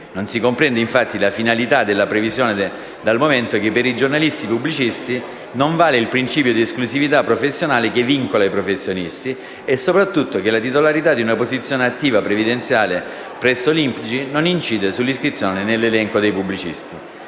Non si comprende, infatti, la finalità della previsione dal momento che per i giornalisti pubblicisti non vale il principio di esclusività professionale che vincola i professionisti, e soprattutto che la titolarità di una posizione attiva previdenziale presso l'INPGI non incide sull'iscrizione nell'elenco dei pubblicisti.